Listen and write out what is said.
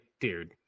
dude